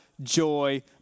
joy